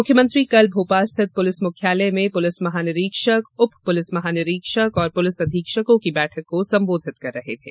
मुख्यमंत्री कल भोपाल स्थित पुलिस मुख्यालय में पुलिस महानिरीक्षक उप पुलिस महानिरीक्षक और पुलिस अधीक्षकों की बैठक को संबोधित कर रहे थे